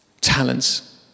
talents